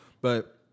But-